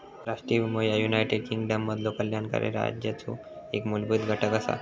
राष्ट्रीय विमो ह्या युनायटेड किंगडममधलो कल्याणकारी राज्याचो एक मूलभूत घटक असा